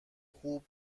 خوب